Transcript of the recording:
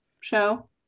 show